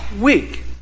week